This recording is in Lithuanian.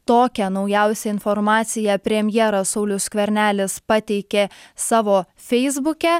tokią naujausią informaciją premjeras saulius skvernelis pateikė savo feisbuke